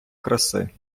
краси